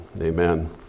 Amen